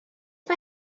mae